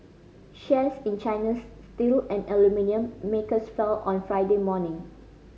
shares in China's steel and aluminium makers fell on Friday morning